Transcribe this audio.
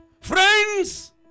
friends